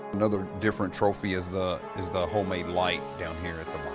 another different trophy is the is the homemade light down here at the